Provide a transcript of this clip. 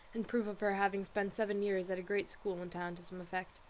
in proof of her having spent seven years at a great school in town to some effect.